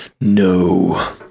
No